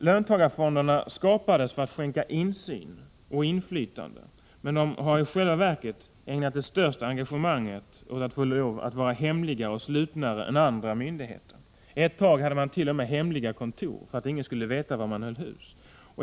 Löntagarfonderna skapades för att skänka insyn och inflytande, men de har i själva verket ägnat det största engagemanget åt att få lov att vara hemligare och slutnare än andra myndigheter. Ett tag hade de t.o.m. hemliga kontor, för att ingen skulle veta var de höll hus.